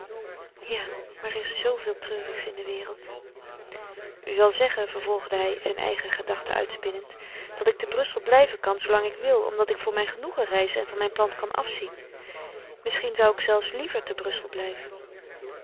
ja maar er is zo veel treurigs in de wereld u zal zeggen vervolgde hij zijn eigene gedachte uitspinnend dat ik te brussel blijven kan zoolang ik wil omdat ik voor mijn genoegen reis en van mijn plan kan afzien misschien zou ik zelfs liever te brussel blijven